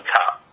top